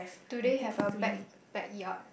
do they have a back backyard